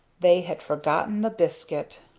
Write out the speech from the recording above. they had forgotten the biscuit.